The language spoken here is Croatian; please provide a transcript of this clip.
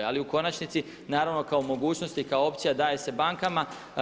Ali u konačnici naravno kao mogućnost i kao opcija daje se bankama.